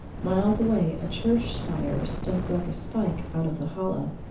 miles away a church spire stuck like a spike out of the hollow,